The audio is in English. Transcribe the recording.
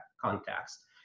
context